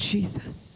Jesus